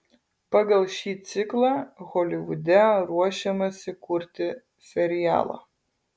pagal šį ciklą holivude ruošiamasi kurti serialą